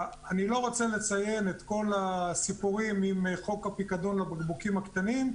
אני לא רוצה לציין את כל הסיפורים עם חוק הפיקדון על הבקבוקים הקטנים,